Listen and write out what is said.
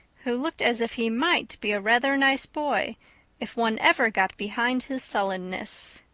who looked as if he might be a rather nice boy if one ever got behind his sullenness.